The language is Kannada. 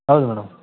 ಹೌದು ಮೇಡಮ್